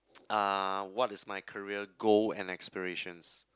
uh what is my career goal and aspirations